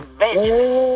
vengeance